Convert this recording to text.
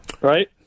Right